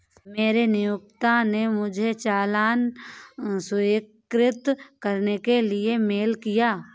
मेरे नियोक्ता ने मुझे चालान स्वीकृत करने के लिए मेल किया